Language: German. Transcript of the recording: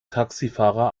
taxifahrer